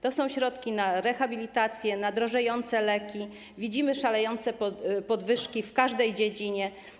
To są środki na rehabilitację, na drożejące leki - widzimy szalejące podwyżki w każdej dziedzinie.